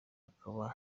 akaba